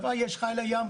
בצבא יש חיל הים,